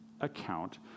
account